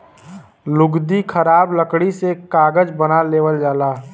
लुगदी खराब लकड़ी से कागज बना लेवल जाला